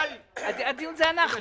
הדיון זה אנחנו.